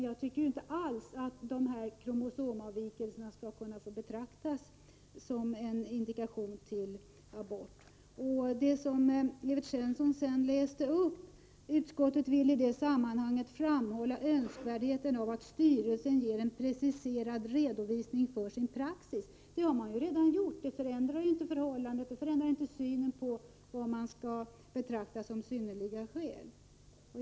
Jag tycker inte alls att kromosomavvikelser skall få betraktas som en indikation för abort. Evert Svensson läste ur betänkandet att utskottet i detta sammanhang vill framhålla önskvärdheten av att styrelsen ger en preciserad redovisning för sin praxis. Det har redan gjorts, men det förändrar inte synen på vad som bör betraktas som synnerliga skäl.